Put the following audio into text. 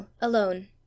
alone